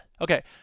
okay